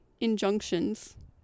injunctions